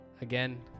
Again